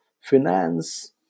finance